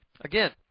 again